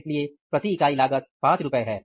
इसलिए प्रति इकाई लागत ₹5 है